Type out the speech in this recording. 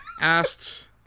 asked